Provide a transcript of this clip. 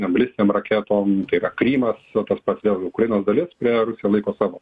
balistinėm raketoms tai yra krymas tas pats vėl ukrainos dalis kurią rusija laiko savo